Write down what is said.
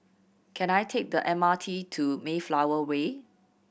can I take the M R T to Mayflower Way